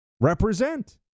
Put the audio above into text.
represent